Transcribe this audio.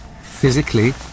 Physically